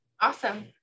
Awesome